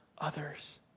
others